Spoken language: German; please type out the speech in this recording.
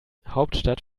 hauptstadt